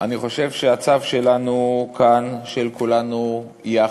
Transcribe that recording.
אני חושב שזה הצו שלנו כאן, של כולנו יחד.